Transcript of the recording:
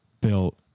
built